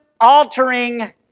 altering